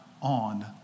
on